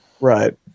Right